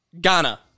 Ghana